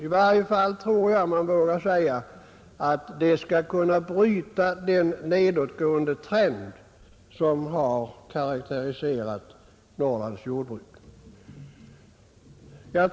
Jag tror att man i varje fall vågar säga att stödet kommer att bryta den nedåtgående trend som karakteriserat det norrländska jordbruket.